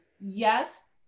Yes